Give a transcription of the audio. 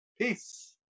peace